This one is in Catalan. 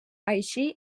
així